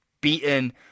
beaten